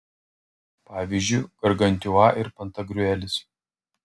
pavyzdžiui gargantiua ir pantagriuelis